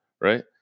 right